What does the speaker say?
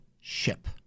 ship